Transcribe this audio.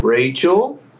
Rachel